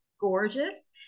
gorgeous